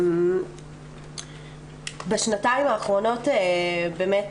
בשנתיים האחרונות באמת